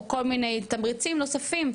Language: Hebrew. או כל מיני תמריצים נוספים,